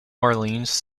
orleans